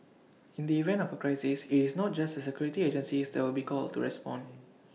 in the event of A crisis IT is not just the security agencies that will be called to respond